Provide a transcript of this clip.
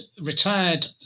retired